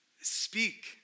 Speak